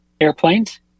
airplanes